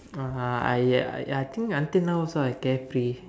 (uh huh) I I think I think until now also I carefree